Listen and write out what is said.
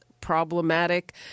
problematic